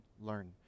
learn